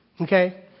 Okay